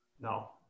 No